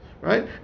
right